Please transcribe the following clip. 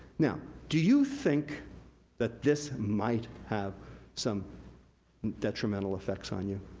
now, do you think that this might have some detrimental effects on you?